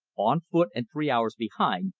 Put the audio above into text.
on foot and three hours behind,